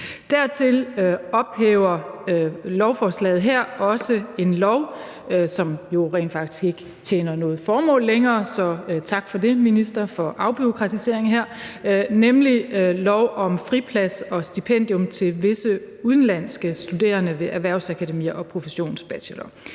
Dertil ophæver lovforslaget her også en lov, som rent faktisk ikke tjener noget formål længere – så tak for det til ministeren for afbureaukratisering her – nemlig lov om friplads og stipendium til visse udenlandske studerende ved erhvervsakademier og professionsbacheloruddannelser.